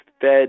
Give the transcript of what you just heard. fed